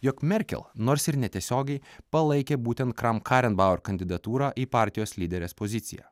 jog merkel nors ir netiesiogiai palaikė būtent kramkarenbauer kandidatūrą į partijos lyderės poziciją